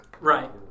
Right